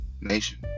nation